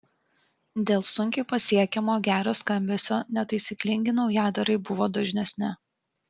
dėl sunkiai pasiekiamo gero skambesio netaisyklingi naujadarai buvo dažnesni